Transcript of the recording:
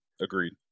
Agreed